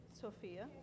Sophia